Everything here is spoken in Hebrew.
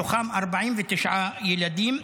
מתוכם 49 ילדים,